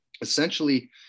essentially